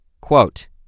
Quote